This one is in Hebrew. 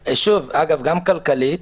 שוב, אגב, גם כלכלית,